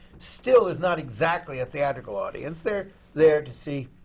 still is not exactly a theatrical audience. they're there to see